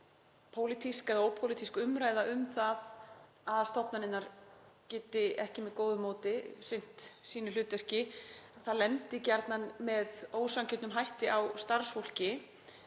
pólitísk eða ópólitísk umræða um það að stofnanirnar geti ekki með góðu móti sinnt sínu hlutverki lendi gjarnan með ósanngjörnum hætti á starfsfólki